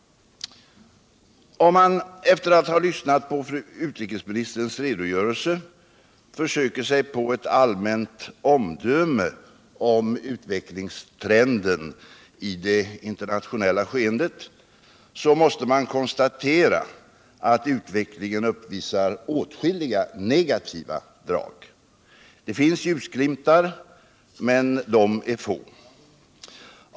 Om man - efter att ha lyssnat på utrikesministerns redogörelse — försöker sig på ett allmänt omdöme om utvecklingstrenden i det internationella skeendet måste man konstatera att utvecklingen uppvisar åtskilliga negativa drag. Det finns ljusglimtar, men de är få.